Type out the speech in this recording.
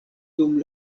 dum